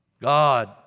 God